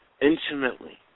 intimately